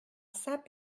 saint